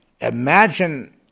imagine